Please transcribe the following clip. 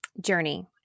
journey